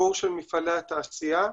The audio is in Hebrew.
חיבור מפעלי התעשייה.